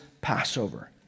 Passover